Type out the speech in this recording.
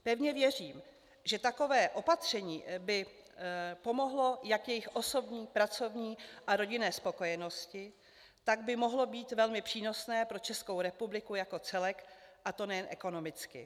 Pevně věřím, že takové opatření by pomohlo jak jejich osobní, pracovní a rodinné spokojenosti, tak by mohlo být velmi přínosné pro Českou republiku jako celek, a to nejen ekonomicky.